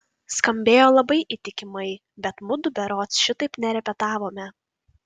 skambėjo labai įtikimai bet mudu berods šitaip nerepetavome